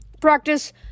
Practice